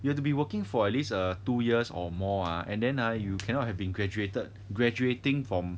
you have to be working for at least err two years or more ah and then ah you cannot have been graduated graduating from